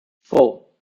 four